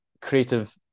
creative